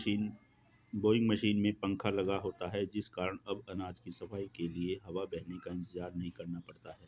winnowing machine में पंखा लगा होता है जिस कारण अब अनाज की सफाई के लिए हवा बहने का इंतजार नहीं करना पड़ता है